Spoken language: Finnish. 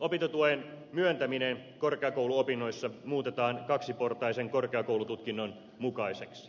opintotuen myöntäminen korkeakouluopinnoissa muutetaan kaksiportaisen korkeakoulututkinnon mukaiseksi